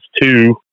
two